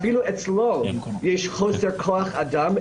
אפילו אצלו יש חוסר כוח אדם.